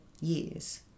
years